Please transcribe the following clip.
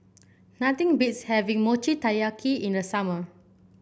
nothing beats having Mochi Taiyaki in the summer